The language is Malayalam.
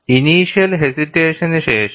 ഇനിഷ്യൽ ഹേസിറ്റേഷനു ശേഷം